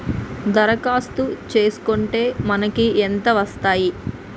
దరఖాస్తు చేస్కుంటే మనకి ఎంత వస్తాయి?